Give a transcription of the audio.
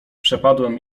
przepadłem